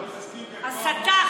הסתה.